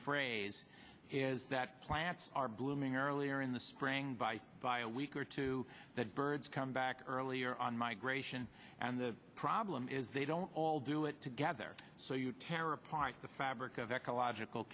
phrase is that plants are blooming earlier in the spring by by a week or two that birds come back earlier on migration and the problem is they don't all do it together so you tear apart the fabric of ecological